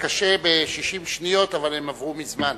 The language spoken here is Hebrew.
קשה ב-60 שניות, והן עברו מזמן.